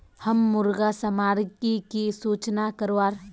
हम मुर्गा सामग्री की सूचना करवार?